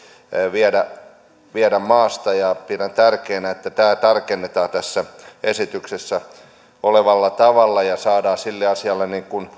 viedä viedä maasta pidän tärkeänä että tämä tarkennetaan tässä esityksessä olevalla tavalla ja saadaan sille asialle